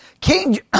King